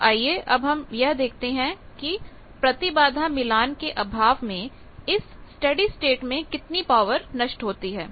तो आइए अब हम यह देखते हैं कि प्रतिबाधा मिलान के अभाव में इस स्टेडी स्टेट में कितनी पावर नष्ट होती है